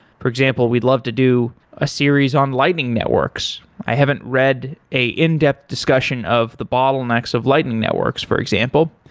for example, we'd love to do a series on lightning networks. i haven't read an in-depth discussion of the bottlenecks of lightning networks, for example.